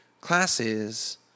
classes